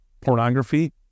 pornography